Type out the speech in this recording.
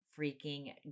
freaking